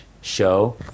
show